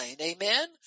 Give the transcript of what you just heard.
Amen